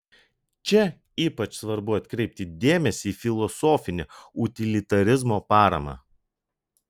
čia ypač svarbu atkreipti dėmesį į filosofinę utilitarizmo paramą